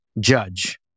judge